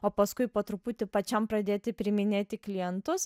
o paskui po truputį pačiam pradėti priiminėti klientus